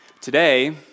Today